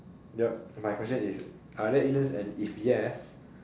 ya my question is are there aliens and if yes